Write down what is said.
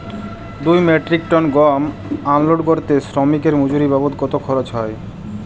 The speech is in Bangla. দুই মেট্রিক টন গম আনলোড করতে শ্রমিক এর মজুরি বাবদ কত খরচ হয়?